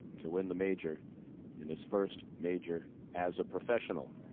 to win the major in his first major as a professional.